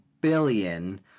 billion